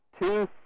Two